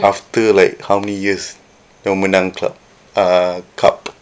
after like how many years dia orang menang club uh cup